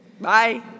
Bye